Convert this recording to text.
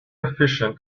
efficient